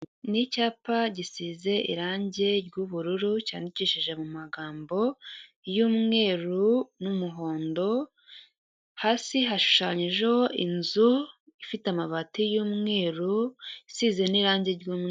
Ni icyapa gisize irangi ry'ubururu cyandikishije mu magambo y'umweru n'umuhondo, hasi hashushanyijeho inzu ifite amabati y'umweru isize n'irangi ry'umweru.